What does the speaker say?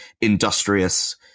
industrious